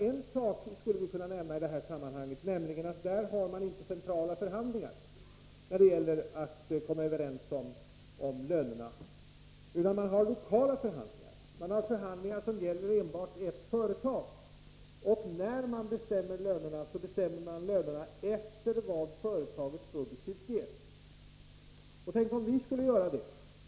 En sak som vi skulle kunna lära oss i detta sammanhang är att man där inte har centrala förhandlingar för att komma överens om lönerna, utan lokala förhandlingar. Man har förhandlingar som gäller enbart enskilda företag, och lönerna bestäms efter vad företaget produktivt ger. Tänk om vi skulle göra det!